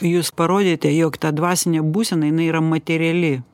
jūs parodėte jog ta dvasinė būsena jinai yra materiali